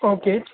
okay